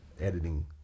editing